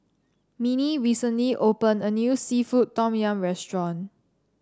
Minnie recently opened a new seafood Tom Yum restaurant